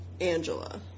Angela